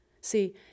See